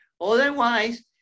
otherwise